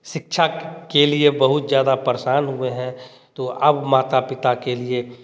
शिक्षा के लिए बहुत ज़्यादा परेशान हुए हैं तो अब माता पिता के लिए